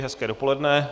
Hezké dopoledne.